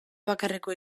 bakarreko